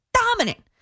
dominant